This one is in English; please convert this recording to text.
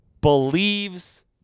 believes